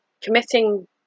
committing